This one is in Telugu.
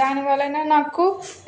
దానివలన